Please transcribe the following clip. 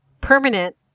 permanent